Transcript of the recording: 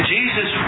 Jesus